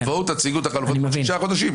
תבואו ותציגו את החלופות בעוד שישה חודשים,